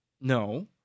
No